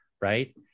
Right